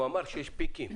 הוא אמר שיש פיקים,